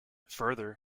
further